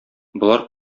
болар